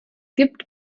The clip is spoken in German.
gibt